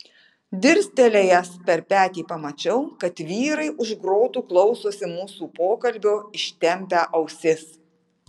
dirstelėjęs per petį pamačiau kad vyrai už grotų klausosi mūsų pokalbio ištempę ausis